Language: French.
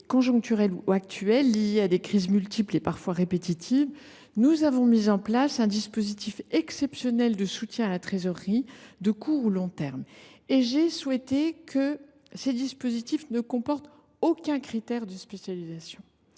conjoncturelles ou actuelles liées à des crises multiples et parfois répétitives, nous avons mis en place un dispositif exceptionnel de soutien à la trésorerie de court ou long terme, et j’ai souhaité que ce dispositif ne comporte aucun critère de spécialisation.